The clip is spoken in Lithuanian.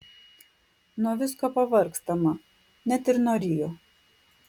nuo visko pavargstama net ir nuo rio